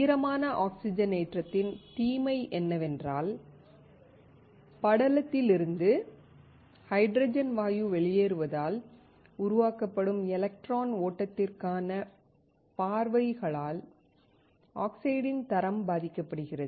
ஈரமான ஆக்ஸிஜனேற்றத்தின் தீமை என்னவென்றால் படலத்திலிருந்து ஹைட்ரஜன் வாயு வெளியேறுவதால் உருவாக்கப்படும் எலக்ட்ரான் ஓட்டத்திற்கான பார்வைகளால் ஆக்சைட்டின் தரம் பாதிக்கப்படுகிறது